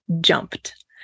jumped